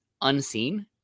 unseen